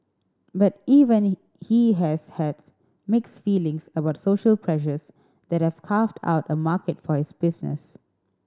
but even he has has mixed feelings about social pressures that carved out a market for his business